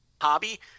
hobby